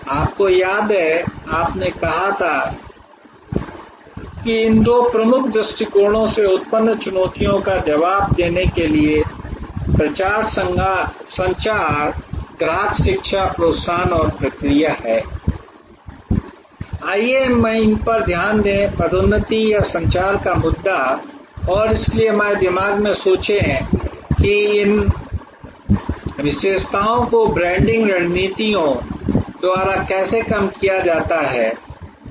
आपको याद है कि आपने कहा था कि इन दो प्रमुख दृष्टिकोणों से उत्पन्न चुनौतियों का जवाब देने के लिए प्रचार संचार ग्राहक शिक्षा प्रोत्साहन और प्रक्रिया आइए हम उस पर ध्यान दें पदोन्नति या संचार का मुद्दा और इसलिए हमारे दिमाग में सोचें कि इन विशेषताओं को ब्रांडिंग रणनीतियों द्वारा कैसे कम किया जाता है